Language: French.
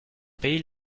pays